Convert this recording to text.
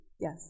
Yes